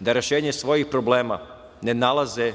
da rešenje svojih problema ne nalaze